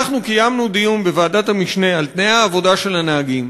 אנחנו קיימנו דיון בוועדת המשנה על תנאי העבודה של הנהגים,